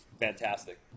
fantastic